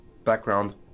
background